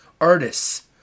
artists